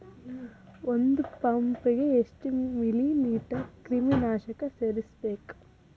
ಒಂದ್ ಪಂಪ್ ಗೆ ಎಷ್ಟ್ ಮಿಲಿ ಲೇಟರ್ ಕ್ರಿಮಿ ನಾಶಕ ಸೇರಸ್ಬೇಕ್?